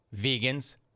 vegans